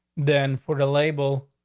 then for the label,